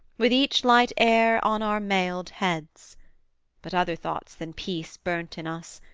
with each light air on our mailed heads but other thoughts than peace burnt in us,